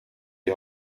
die